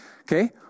Okay